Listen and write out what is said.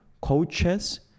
coaches